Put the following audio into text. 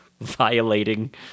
violating